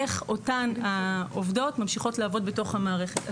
איך אותן עובדות ממשיכות לעבוד במערכת.